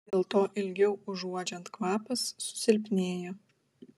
dėl to ilgiau uodžiant kvapas susilpnėja